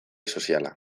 soziala